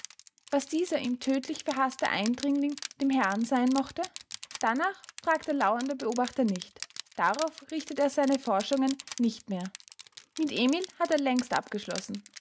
was dieser ihm tödtlich verhaßte eindringling dem herrn sein möchte danach fragt der lauernde beobachter nicht darauf richtet er seine forschungen nicht mehr mit emil hat er längst abgeschlossen